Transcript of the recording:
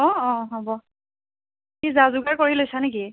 অ' অ' হ'ব কি যা যোগাৰ কৰি লৈছা নেকি